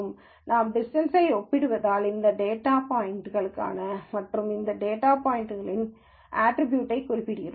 எனவே நாம் டிஸ்டன்ஸை ஒப்பிடுவதால் இந்த டேட்டா பாய்ன்ட்க்கான மற்றும் இந்த டேட்டா பாய்ன்ட்இன் ஆற்ரிபியூட் குறிப்பிடுகிறோம்